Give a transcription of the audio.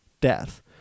death